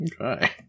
Okay